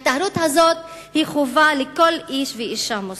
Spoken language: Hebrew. ההיטהרות הזאת היא חובה לכל איש ואשה מוסלמים.